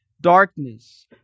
darkness